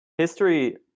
History